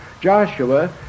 Joshua